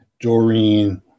Doreen